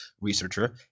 researcher